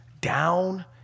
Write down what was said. down